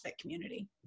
community